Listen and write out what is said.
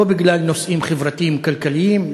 לא בגלל נושאים חברתיים כלכליים,